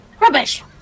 Rubbish